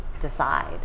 decide